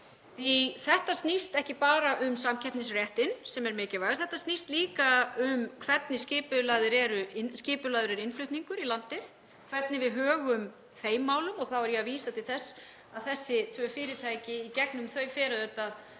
að þetta snýst ekki bara um samkeppnisréttinn, sem er mikilvægur, þetta snýst líka um hvernig skipulagður er innflutningur í landið, hvernig við högum þeim málum. Þá er ég að vísa til þess að í gegnum þessi tvö fyrirtæki fer auðvitað